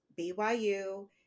BYU